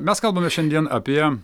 mes kalbame šiandien apie